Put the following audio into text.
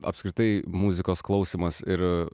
apskritai muzikos klausymas ir